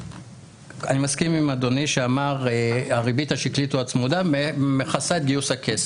אני מסכים עם אדוני שאמר שהריבית השקלית או הצמודה מכסה את גיוס הכסף.